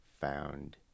found